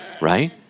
right